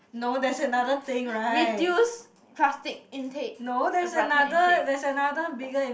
reduce plastic intake not intake